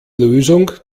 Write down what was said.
lösung